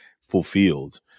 fulfilled